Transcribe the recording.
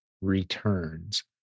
returns